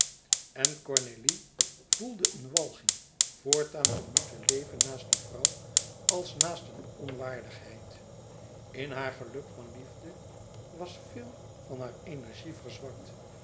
en cornélie voelde een walging voortaan te moeten leven naast die vrouw als naast eene onwaardigheid in haar geluk van liefde was veel van haar